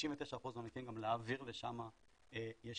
וב-99% מהמקרים גם להעביר לשם ישירות.